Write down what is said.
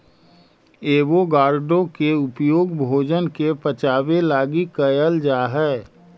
avocado के उपयोग भोजन के पचाबे लागी कयल जा हई